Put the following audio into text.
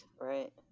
right